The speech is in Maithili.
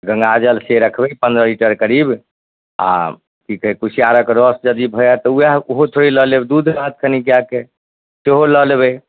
गङ्गाजल से रखबै पनरह लीटर करीब आओर कि कहै कुशिआरक रस जदि भऽ जाएत तऽ वएह ओहो थोड़े लऽ लेब दूध रहत कनि गाएके सेहो लऽ लेबै